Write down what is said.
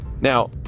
Now